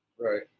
Right